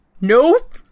Nope